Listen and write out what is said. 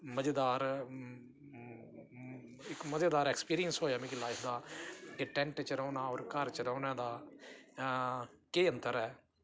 मज़ेदार इक मज़ेदार ऐक्सपिरिंस होएआ मिगी लाइफ दा कि टैंट च रौह्ने दा होर घर च रौह्ने दा केह् अन्तर ऐ